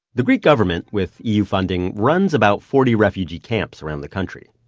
the greek government, with eu funding, runs about forty refugee camps around the country,